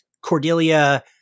cordelia